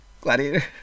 Gladiator